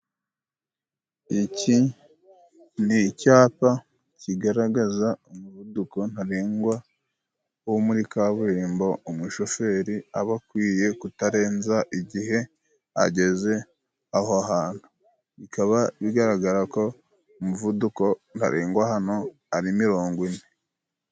Iki ni icyapa kigaragaza umuvuduko ntarengwa wo muri kaburimbo umushoferi aba akwiye kutarenza igihe ageze aho hantu. Bikaba bigaragara ko umuvuduko ntarengwa hano ari mirongo ine.